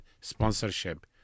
sponsorship